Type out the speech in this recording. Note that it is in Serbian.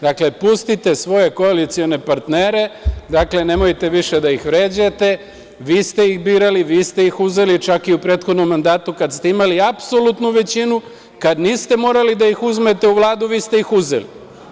Dakle, pustite svoje koalicione partnere, nemojte više da ih vređate, vi ste ih birali, vi ste ih uzeli, čak i u prethodnom mandatu kada ste imali apsolutnu većinu, kad niste morali da ih uzmete u Vladu, vi ste ih uzeli.